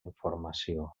informació